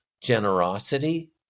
generosity